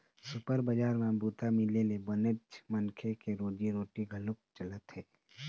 super बजार म बूता मिले ले बनेच मनखे के रोजी रोटी घलोक चलत हे